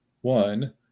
one